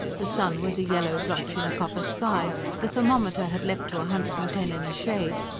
the sun was a yellow blotch in a copper sky the thermometer had leapt to a hundred and ten in the shade.